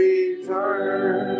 Return